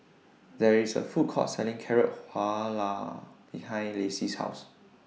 There IS A Food Court Selling Carrot Halwa behind Lacey's House